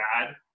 bad